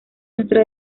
nuestra